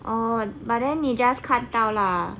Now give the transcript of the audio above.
oh but then you just 看到 lah